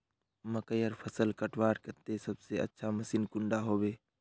मकईर फसल कटवार केते सबसे अच्छा मशीन कुंडा होबे?